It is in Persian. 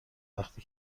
وقتی